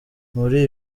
muri